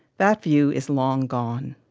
that view is long gone.